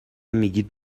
میگید